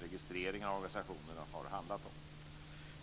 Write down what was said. registreringarna av organisationer har handlat om.